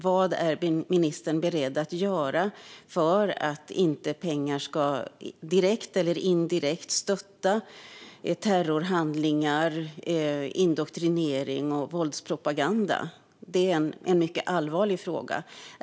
Vad är ministern beredd att göra för att inte pengar, direkt eller indirekt, ska stötta terrorhandlingar, indoktrinering och våldspropaganda? Det är en mycket allvarlig fråga.